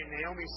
Naomi